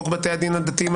חוק בתי הדין הדתיים,